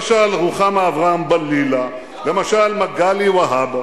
למשל רוחמה אברהם-בלילא, למשל, מגלי והבה,